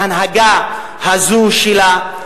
בהנהגה הזאת שלה,